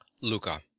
Luca